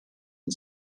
and